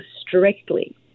strictly